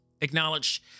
acknowledge